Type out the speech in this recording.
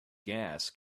gas